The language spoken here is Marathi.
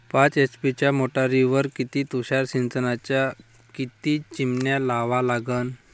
पाच एच.पी च्या मोटारीवर किती तुषार सिंचनाच्या किती चिमन्या लावा लागन?